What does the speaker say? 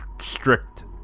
strict